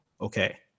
okay